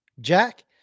Jack